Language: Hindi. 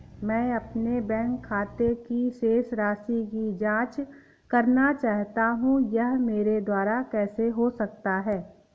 मैं अपने बैंक खाते की शेष राशि की जाँच करना चाहता हूँ यह मेरे द्वारा कैसे हो सकता है?